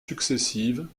successives